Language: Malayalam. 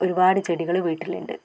ഒരുപാട് ചെടികൾ വീട്ടിലുണ്ട്